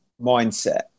mindset